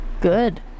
Good